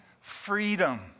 freedom